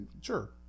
sure